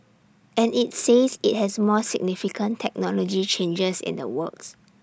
and IT says IT has more significant technology changes in the works